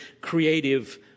creative